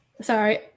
Sorry